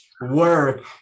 work